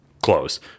close